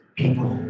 people